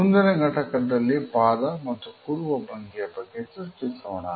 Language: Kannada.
ಮುಂದಿನ ಘಟಕದಲ್ಲಿ ಪಾದ ಮತ್ತು ಕೂರುವ ಭಂಗಿಯ ಬಗ್ಗೆ ಚರ್ಚಿಸೋಣ